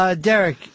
Derek